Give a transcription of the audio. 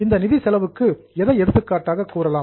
இந்த நிதி செலவுக்கு எதை எடுத்துக்காட்டாக கூறலாம்